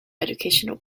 educational